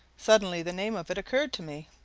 suddenly the name of it occurred to me,